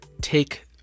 take